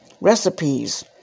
recipes